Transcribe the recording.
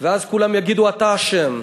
ואז כולם יגידו "אתה אשם".